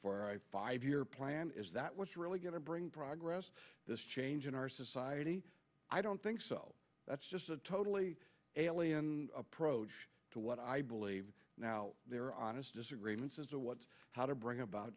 a five year plan is that what's really going to bring progress this change in our society i don't think so that's just a totally alien approach to what i believe now there are honest disagreements as to what's how to bring about